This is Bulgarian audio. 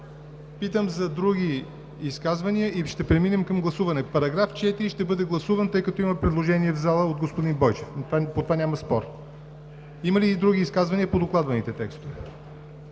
Питам за други изказвания и ще преминем към гласуване –§ 4 ще бъде гласуван отделно, тъй като има предложение в залата от господин Бойчев, по това няма спор. Има ли други изказвания по докладните текстове?